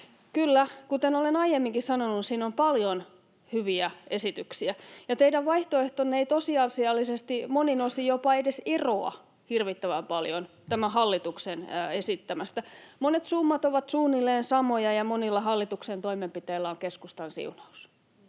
Kyllä, kuten olen aiemminkin sanonut, siinä on paljon hyviä esityksiä, ja teidän vaihtoehtonne eivät tosiasiallisesti monin osin jopa edes eroa hirvittävän paljon tämän hallituksen esittämästä. Monet summat ovat suunnilleen samoja, ja monilla hallituksen toimenpiteillä on keskustan siunaus.